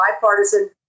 bipartisan